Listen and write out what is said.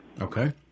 Okay